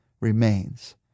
remains